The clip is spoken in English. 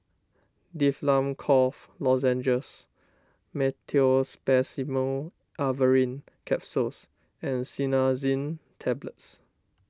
Difflam Cough Lozenges Meteospasmyl Alverine Capsules and Cinnarizine Tablets